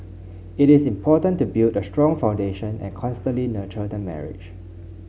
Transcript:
it is important to build a strong foundation and constantly nurture the marriage